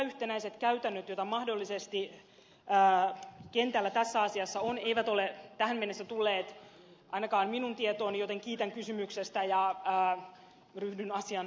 epäyhtenäiset käytännöt joita mahdollisesti kentällä tässä asiassa on eivät ole tähän mennessä tulleet ainakaan minun tietooni joten kiitän kysymyksestä ja ryhdyn asian selvittelyyn